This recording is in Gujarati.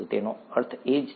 તેનો અર્થ એ જ થાય છે